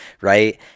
right